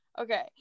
Okay